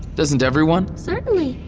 doesn't everyone? certainly.